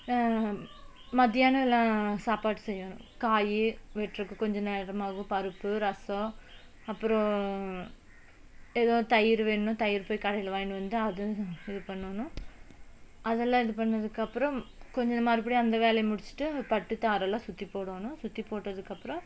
மதியானலான் சாப்பாடு செய்யணும் காய் வெட்டுறதுக்கு கொஞ்சம் நேரமாகும் பருப்பு ரசம் அப்பறம் எதோ தயிர் வேணுனால் தயிர் போய் கடையில் வாங்கிட்டு வந்து அதுவும் இது பண்ணணும் அதெல்லாம் இது பண்ணதுக்கப்புறம் கொஞ்சம் மறுபடியும் அந்த வேலையும் முடிச்சுட்டு பட்டு தாறுலாம் சுற்றி போடணும் சுற்றி போட்டதுக்கப்றம்